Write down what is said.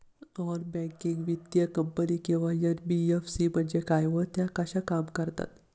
Non banking वित्तीय company किंवा NBFC म्हणजे काय व त्या कशा काम करतात?